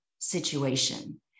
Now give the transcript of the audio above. situation